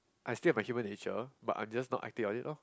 I still have my human nature oh but I'm just not acting on it lor